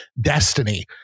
destiny